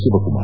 Shivakumar